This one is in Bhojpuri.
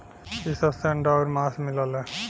इ सब से अंडा आउर मांस मिलला